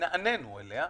ונענינו אליה.